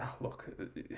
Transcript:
look